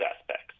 aspects